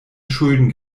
schulden